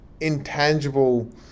intangible